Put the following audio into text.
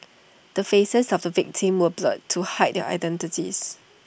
the faces of the victims were blurred to hide their identities